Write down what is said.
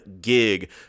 gig